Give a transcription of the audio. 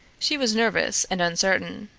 she was nervous and uncertain.